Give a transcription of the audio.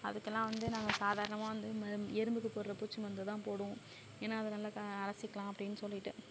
அதுக்கெல்லாம் வந்து நாங்கள் சாதாரணமாக வந்து ம எறும்புக்கு போடற பூச்சி மருந்தைதான் போடுவோம் ஏன்னால் அதை நல்லா க அலசிக்கலாம் அப்படின்னு சொல்லிட்டு